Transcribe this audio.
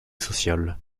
sociale